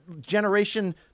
generation